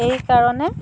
এই কাৰণে